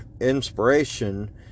inspiration